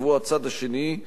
והוא הצד השני,